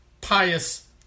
pious